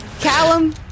Callum